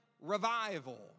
revival